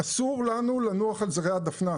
אסור לנו לנוח על זרי הדפנה,